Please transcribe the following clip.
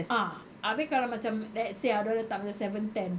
ah abeh kalau macam let's say ah dia orang letak macam seven ten